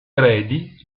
eredi